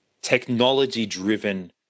technology-driven